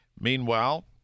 Meanwhile